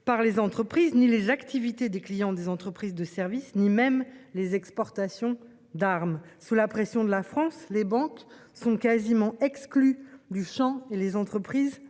par les entreprises, ni les activités des clients des entreprises de service, ni même les exportations d'armes sous la pression de la France, les banques sont quasiment exclus du Champ et les entreprises